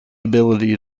ability